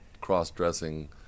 cross-dressing